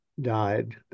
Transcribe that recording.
died